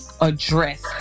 address